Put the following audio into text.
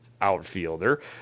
outfielder